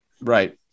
Right